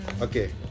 Okay